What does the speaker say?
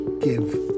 give